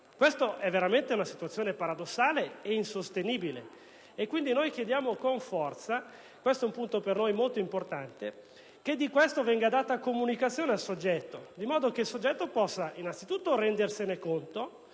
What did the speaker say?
questa è una situazione paradossale ed insostenibile. Noi chiediamo quindi con forza - questo è un punto per noi molto importante - che di questo venga data comunicazione al soggetto, in modo che possa innanzitutto rendersene conto